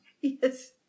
Yes